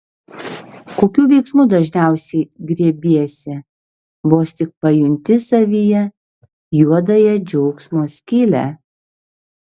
kokių veiksmų dažniausiai griebiesi vos tik pajunti savyje juodąją džiaugsmo skylę